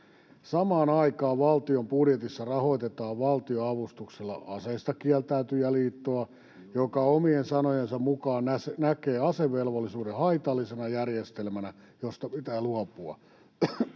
Samaan aikaan valtion budjetissa rahoitetaan valtion-avustuksella Aseistakieltäytyjäliittoa, joka omien sanojensa mukaan näkee asevelvollisuuden haitallisena järjestelmänä, josta pitää luopua.